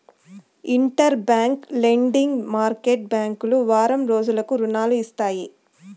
inter bank lending market బ్యాంకులు వారం రోజులకు రుణాలు ఇస్తాయి